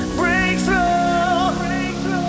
breakthrough